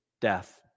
death